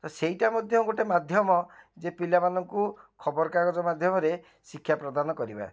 ସେଇଟା ମଧ୍ୟ ଗୋଟେ ମାଧ୍ୟମ ଯେ ପିଲାମାନଙ୍କୁ ଖବରକାଗଜ ମାଧ୍ୟମରେ ଶିକ୍ଷାପ୍ରଦାନ କରିବା